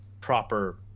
proper